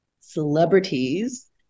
celebrities